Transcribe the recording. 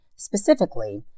Specifically